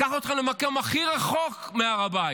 אקח אתכם למקום הכי רחוק מהר הבית,